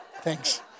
Thanks